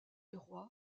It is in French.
leroy